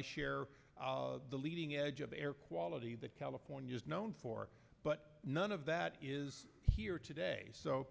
share eating edge of air quality that california is known for but none of that is here today so